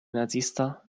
nazista